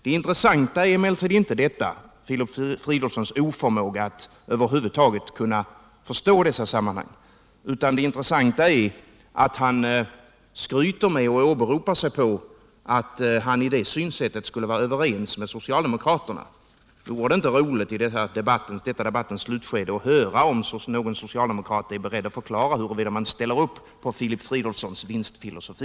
Det intressanta är emellertid inte Filip Fridolfssons oförmåga att över huvud taget förstå dessa ting, utan det intressanta är att han skryter med och åberopar sig på att han i sitt synsätt skulle vara överens med socialdemokraterna. Det vore inte roligt att i detta debattens slutskede få höra någon socialdemokrat förklara att man ställer upp på Filip Fridolfssons vinstfilosofi.